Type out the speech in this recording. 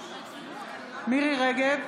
בעד מירי מרים רגב,